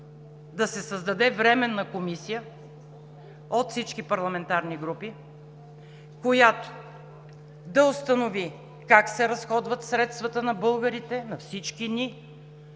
да се създаде Временна комисия от всички парламентарни групи, която да установи как се разходват средствата на българите, на всички ни,